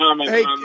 Hey